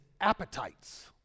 appetites